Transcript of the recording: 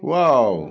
wow